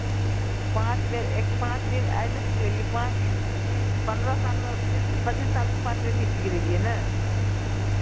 पाँच बेर एक पाँच दिन आइ नहि ने गिरेलियै पाँच पन्द्रह सालमे बीस पचीस सालमे पाँच बेर गिरेलियै ने